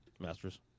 masters